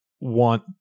want